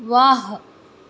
ವಾಹ್